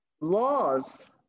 laws